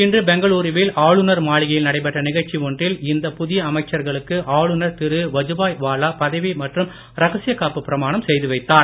இன்று பெங்களுருவில் ஆளுநர் மாளிகையில் நடைபெற்ற நிகழ்ச்சி ஒன்றில் இந்த புதிய அமைச்சர்களுக்கு ஆளுநர் திரு வஜுபாய்வாலா பதவி மற்றும் ரகசிய காப்பு பிரமானம் செய்து வைத்தார்